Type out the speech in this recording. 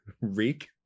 Reek